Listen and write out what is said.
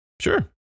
Sure